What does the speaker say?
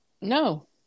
No